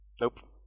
Nope